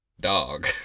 Dog